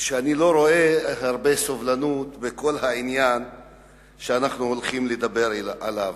אני לא רואה הרבה סובלנות בכל העניין שאנחנו הולכים לדבר עליו.